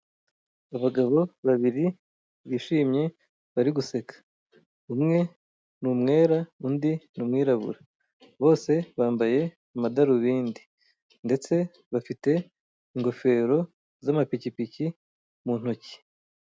Abagabo babiri bishimye bari guseka, umwe ni umwera undi ni umwirabura, bose bambaye amadarubindi ndetse bafite ingofero z' amapikipiki mu ntoki.